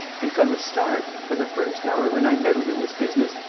and, from the start, from the first hour when i meddled in this business,